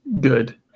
Good